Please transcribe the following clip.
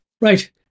Right